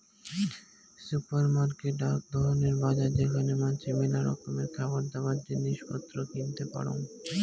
supermarket আক ধরণের বাজার যেখানে মানাসি মেলা রকমের খাবারদাবার, জিনিস পত্র কিনতে পারং